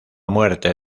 muerte